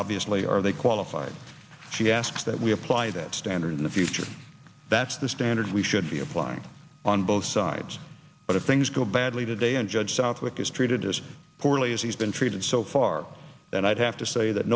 obviously are they qualified she asks that we apply that standard in the future that's the standard we should be applying on both sides but if things go badly today and judge southwick is treated as poorly as he's been treated so far then i'd have to say that